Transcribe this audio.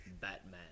Batman